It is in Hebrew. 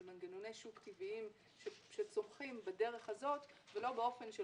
של מנגנוני שוק טבעיים שצומחים בדרך הזאת ולא באופן של